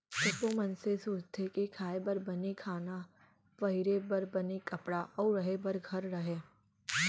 सब्बो मनसे सोचथें के खाए बर बने खाना, पहिरे बर बने कपड़ा अउ रहें बर घर रहय